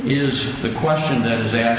is the question that as they a